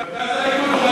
מרכז הליכוד,